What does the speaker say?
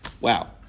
Wow